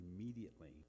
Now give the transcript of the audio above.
immediately